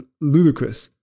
ludicrous